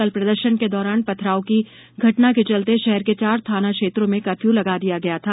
कल प्रदर्शन के दौरान पथराव की घटना के चलते शहर के चार थानों क्षेत्रों में कर्फ्यू लगा दिया गया था